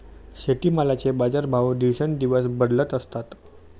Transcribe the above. शेतीमालाचे बाजारभाव दिवसेंदिवस बदलत असतात